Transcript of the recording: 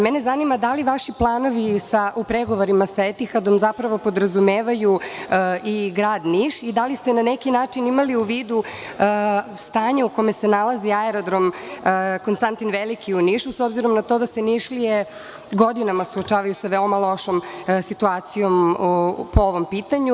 Mene zanima da li vaši planovi u pregovorima sa Etihadom zapravo podrazumevaju i grad Niš i da li ste na neki način imali u vidu stanje u kome se nalazi Aerodrom „Konstantin Veliki“ u Nišu, s obzirom na to da se Nišlije godinama suočavaju sa veoma lošom situacijom po ovom pitanju.